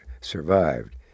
survived